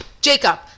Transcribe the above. Jacob